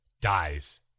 dies